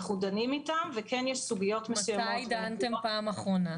אנחנו דנים איתם וכן יש סוגיות מסוימות --- מתי דנתם בפעם האחרונה?